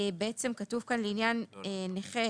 כתוב כן: לעניין נכה